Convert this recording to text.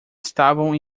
estavam